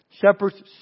Shepherds